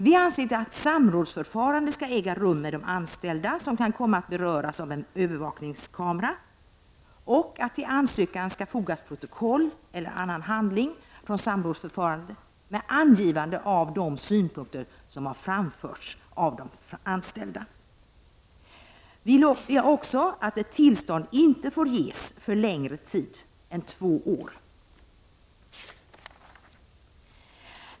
Vi anser att samrådsförfarande skall äga rum med de anställda som kan komma att beröras av en övervakningskamera och att till ansökan skall fogas protokoll eller annan handling från samrådsförfarandet med angivande av de synpunkter som framförts av de anställda. Vi tycker att tillstånd inte får ges för längre tid än två år.